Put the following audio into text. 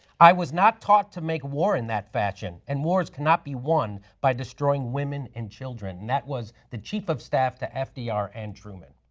i was not taught to make war in that fashion and wars cannot be won by destroying women and children. that was the chief of staff to fdr and truman.